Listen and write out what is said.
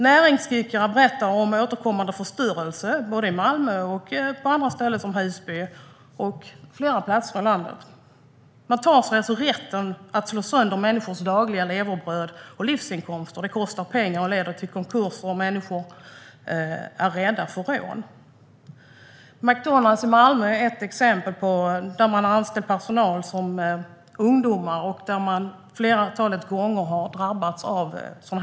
Näringsidkare berättar om återkommande förstörelse, såväl i Malmö som på andra ställen, som Husby och andra platser i landet. Man tar sig alltså rätten att slå sönder människors dagliga levebröd och livsinkomster. Det kostar pengar och leder till konkurser. Människor är rädda för att bli rånade. McDonalds i Malmö är ett exempel. Där har man anställt ungdomar. Man har flertalet gånger drabbats av rån.